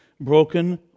broken